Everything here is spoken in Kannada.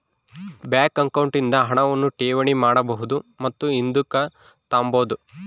ಬ್ಯಾಂಕ್ ಅಕೌಂಟ್ ನಿಂದ ಹಣವನ್ನು ಠೇವಣಿ ಮಾಡಬಹುದು ಮತ್ತು ಹಿಂದುಕ್ ತಾಬೋದು